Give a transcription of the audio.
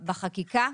בחקיקה.